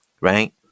Right